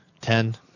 ten